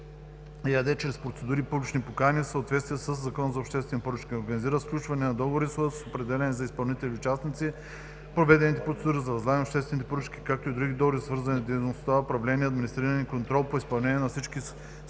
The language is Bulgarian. ЕАД чрез процедури и публични покани в съответствие със Закона за обществени поръчки. Организира сключване на договори с определени за изпълнители участници, проведените процедури за възлагане на обществените поръчки, както и други договори, свързани с дейността, управление, администриране и контрол по изпълнение на всички сключени